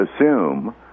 assume